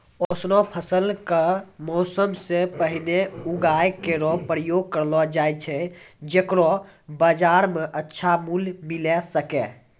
ऑसनो फसल क मौसम सें पहिने उगाय केरो प्रयास करलो जाय छै जेकरो बाजार म अच्छा मूल्य मिले सके